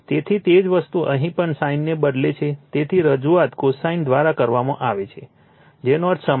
તેથી તે જ વસ્તુ અહીં પણ sin ને બદલે છે તેની રજુઆત cosine દ્વારા કરવામાં આવે છે જેનો અર્થ સમાન છે